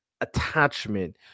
attachment